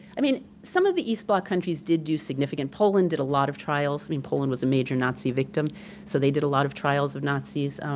i mean some of the east bloc countries did do significant, poland did a lot of trials. i mean, poland was a major nazi victim so they did a lot of trials of nazis.